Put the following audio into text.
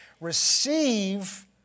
receive